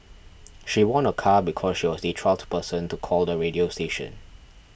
she won a car because she was the twelfth person to call the radio station